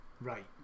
Right